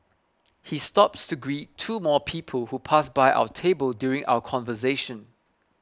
he stops to greet two more people who pass by our table during our conversation